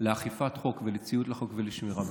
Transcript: לאכיפת חוק ולציות לחוק ולשמירה,